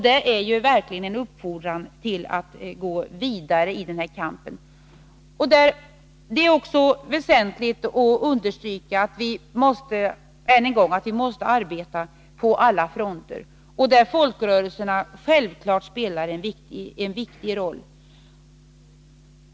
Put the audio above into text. Det är verkligen en uppfordran till att gå vidare i kampen. Det är också väsentligt att än en gång understryka att vi måste arbeta på alla fronter. Där spelar folkrörelserna självfallet en viktig roll.